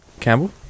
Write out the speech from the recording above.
Campbell